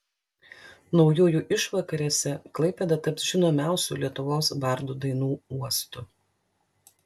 naujųjų išvakarėse klaipėda taps žinomiausių lietuvos bardų dainų uostu